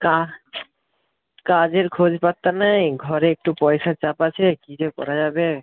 কাজ কাজের খোঁজ পাত্তা নেই ঘরে একটু পয়সার চাপ আছে কী যে করা যাবে